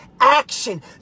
action